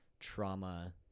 trauma